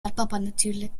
occasionally